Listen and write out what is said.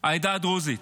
מהעדה הדרוזית,